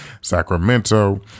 Sacramento